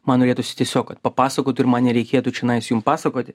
man norėtųsi tiesiog kad papasakotų ir man nereikėtų čionais jum pasakoti